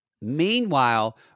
Meanwhile